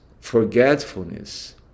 forgetfulness